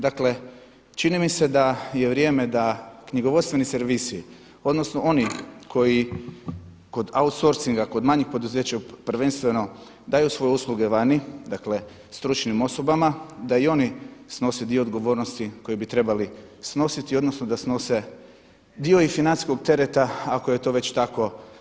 Dakle čini mi se da je vrijeme da knjigovodstveni servisi odnosno oni koji kod outsourcinga kod manjih poduzeća prvenstveno daju svoje usluge vani, dakle stručnim osobama da i oni snose dio odgovornosti koji bi trebali snositi odnosno da snose dio i financijskog tereta ako je to već tako.